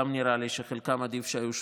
גם נראה לי שחלקם עדיף שהיו שותקים.